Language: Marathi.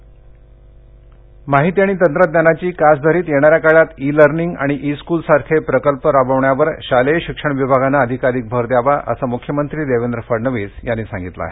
ई लर्निंग माहिती आणि तंत्रज्ञानाची कास धरीत येणाऱ्या काळात ई लर्निंग आणि ई स्क्रलसारखे प्रकल्प राबविण्यावर शालेय शिक्षण विभागानं अधिकाधिक भर द्यावा असं मुख्यमंत्री देवेंद्र फडणवीस यांनी सांगितलं आहे